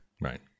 Right